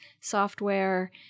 software